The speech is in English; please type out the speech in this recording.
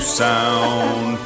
sound